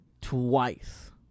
twice